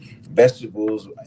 Vegetables